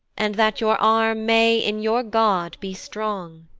and that your arm may in your god be strong!